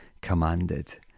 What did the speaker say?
commanded